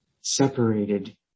separated